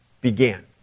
began